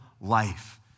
life